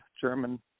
German